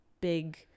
big